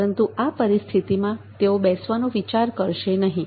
પરંતુ આ પરિસ્થિતિમાં તેઓ બેસવાનો વિચાર કરશે નહીં